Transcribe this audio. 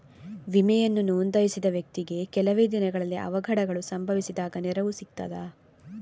ವಿಮೆಯನ್ನು ನೋಂದಾಯಿಸಿದ ವ್ಯಕ್ತಿಗೆ ಕೆಲವೆ ದಿನಗಳಲ್ಲಿ ಅವಘಡಗಳು ಸಂಭವಿಸಿದಾಗ ನೆರವು ಸಿಗ್ತದ?